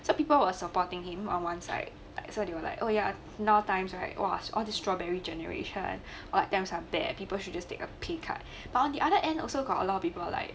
some people were supporting him on one side so they were like oh ya now times right !wah! all the strawberry generation odd times are bad people should just take a pay cut but on the other end also got a lot of people like